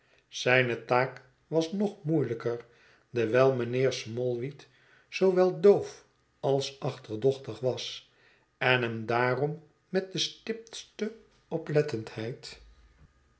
zijne taak was nog moeielijker dewijl mijnheer smallweed zoowel doof als achterdochtig was en hem daarom met de stiptste